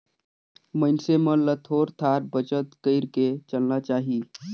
मइनसे मन ल थोर थार बचत कइर के चलना चाही